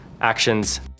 actions